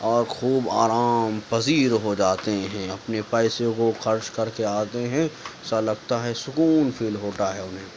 اور خوب آرام پذیر ہوجاتے ہیں اپنے پیسے کو خرچ کر کے آتے ہیں ایسا لگتا ہے سکون فیل ہوتا ہے انہیں